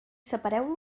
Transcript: separeu